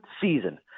season